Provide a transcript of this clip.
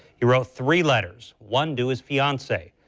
he wrote three letters one to his fiancee,